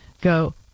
go